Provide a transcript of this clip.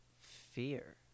fear